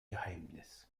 geheimnis